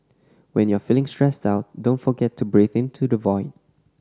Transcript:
when you are feeling stressed out don't forget to breathe into the void